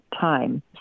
time